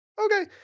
Okay